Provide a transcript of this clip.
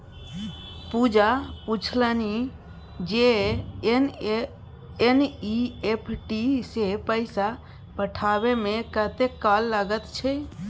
पूजा पूछलनि जे एन.ई.एफ.टी सँ पैसा पठेबामे कतेक काल लगैत छै